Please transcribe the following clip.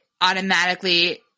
automatically –